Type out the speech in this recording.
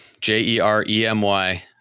J-E-R-E-M-Y